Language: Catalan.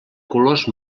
colors